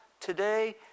today